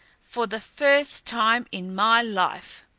for the first time in my life!